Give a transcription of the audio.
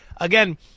again